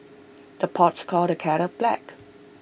the pots calls the kettle black